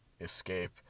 escape